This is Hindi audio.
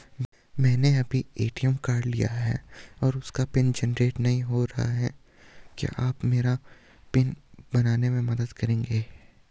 मैंने अभी ए.टी.एम कार्ड लिया है और उसका पिन जेनरेट नहीं हो रहा है क्या आप मेरा पिन बनाने में मदद करेंगे?